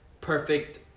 Perfect